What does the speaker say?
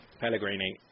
Pellegrini